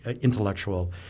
intellectual